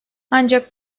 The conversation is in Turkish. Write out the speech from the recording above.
ancak